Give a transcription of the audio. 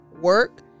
work